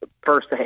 first